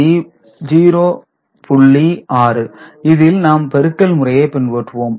6 இதில் நாம் பெருக்கல் முறையை பின்பற்றுவோம்